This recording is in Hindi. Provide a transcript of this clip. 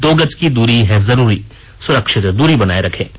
दो गज की दूरी है जरूरी सुरक्षित दूरी बनाए रखें